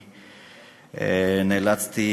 נאלצתי